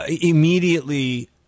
immediately